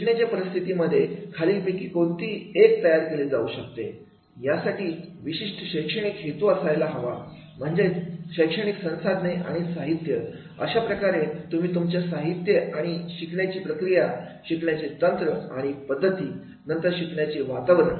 शिकण्याचे परिस्थितीमध्ये खालील पैकी कोणती एक तयार केले जाऊ शकते यासाठी विशिष्ट शैक्षणिक हेतू असायला हवा म्हणजेच शैक्षणिक संसाधने आणि साहित्य अशाप्रकारे तुम्ही तुमच्या साहित्य आणि शिकण्याची प्रक्रिया शिकण्याचे तंत्र आणि पद्धती नंतर शिकण्याचे वातावरण